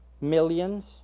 millions